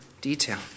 detail